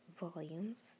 volumes